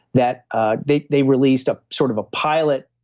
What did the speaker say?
that ah they they released a sort of a pilot,